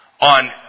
on